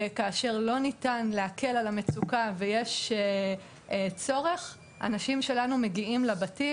וכאשר לא ניתן להקל על המצוקה ויש צורך אנשים שלנו מגיעים לבתים.